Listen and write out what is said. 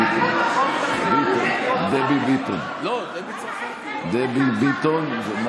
ביטון, דבי ביטון.